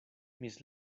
mis